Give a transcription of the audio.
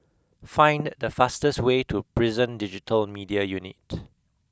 find the fastest way to Prison Digital Media Unit